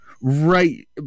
Right